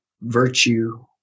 virtue